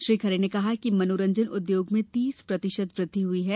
श्री खरे ने कहा कि मनोरंजन उद्योग में तीस प्रतिशत वृद्वि हुई है